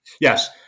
Yes